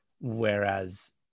Whereas